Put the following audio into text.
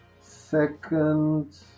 second